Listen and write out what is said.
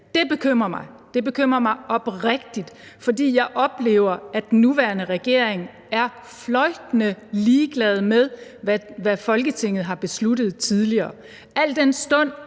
Det bekymrer mig oprigtigt, for jeg oplever, at den nuværende regering er fløjtende ligeglad med, hvad Folketinget har besluttet tidligere,